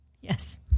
Yes